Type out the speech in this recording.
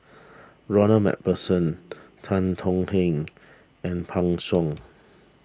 Ronald MacPherson Tan Tong Hye and Pan Shou